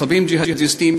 מחבלים ג'יהאדיסטים,